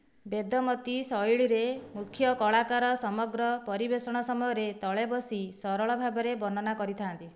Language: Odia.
ବେଦମତି ଶୈଳୀରେ ମୁଖ୍ୟ କଳାକାର ସମଗ୍ର ପରିବେଷଣ ସମୟରେ ତଳେ ବସି ସରଳ ଭାବରେ ବର୍ଣ୍ଣନା କରିଥାନ୍ତି